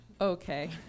Okay